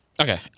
Okay